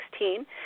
2016